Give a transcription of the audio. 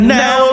now